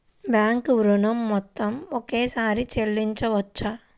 Bank ఋణం మొత్తము ఒకేసారి చెల్లించవచ్చా?